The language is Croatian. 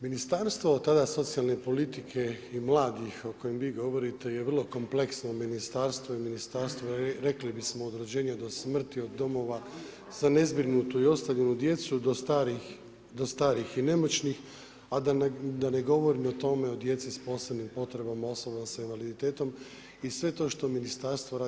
Ministarstvo tada socijalne politike i mladih o kojem vi govorite je vrlo kompleksno ministarstvo i ministarstvo rekli bismo od rođenja do smrti, od domova za nezbrinutu i ostavljenu djecu do starih i nemoćnih a da ne govorim i o tome o djeci s posebnim potrebama osoba sa invaliditetom i sve to što ministarstvo radi.